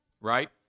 right